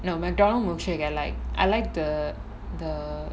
you know McDonald milkshakes like I like the the